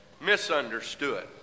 misunderstood